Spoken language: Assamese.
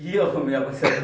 কি অসমীয়া কৈছা